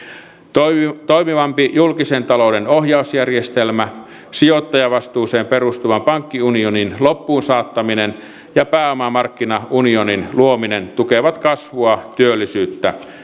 toimivampi toimivampi julkisen talouden ohjausjärjestelmä sijoittajavastuuseen perustuvan pankkiunionin loppuunsaattaminen ja pääomamarkkinaunionin luominen tukevat kasvua työllisyyttä